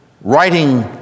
writing